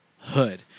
hood